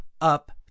up